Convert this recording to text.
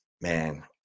man